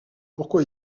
pourquoi